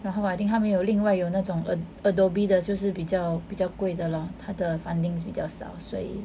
然后 I think 他们有另外有那种 a~ Adobe 的就是比较比较贵的咯他的 fundings 比较少所以